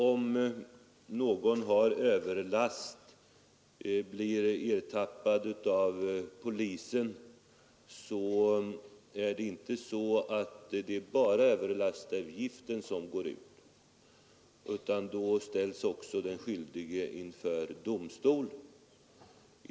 Om någon har överlast och blir ertappad av polisen, är det inte bara överlastavgiften som utgår, utan då ställs också den skyldige inför domstol.